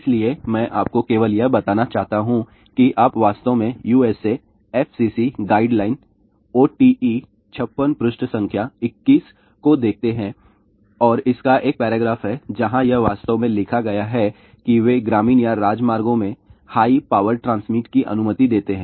इसलिए मैं आपको केवल यह बताना चाहता हूं कि आप वास्तव में USA FCC गाइडलाइन OTE 56 पृष्ठ संख्या 21 को देखते हैं और इसका एक पैराग्राफ है जहां यह वास्तव में लिखा गया है कि वे ग्रामीण या राजमार्गों में हाई पावर ट्रांसमिट की अनुमति देते हैं